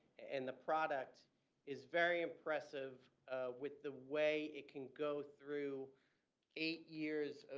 and the product is very impressive with the way it can go through eight years